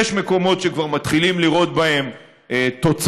יש מקומות שכבר מתחילים לראות בהם תוצאות,